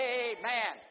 amen